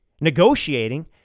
negotiating